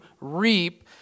reap